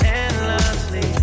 endlessly